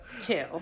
two